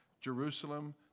Jerusalem